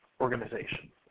organization